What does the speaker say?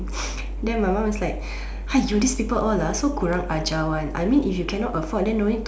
then my mum is like !aiyo! this people all so kurang ajar [one] I mean if you cannot afford then don't need to